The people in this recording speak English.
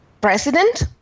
President